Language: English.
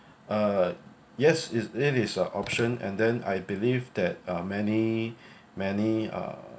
uh yes it's it is a option and then I believe that uh many many uh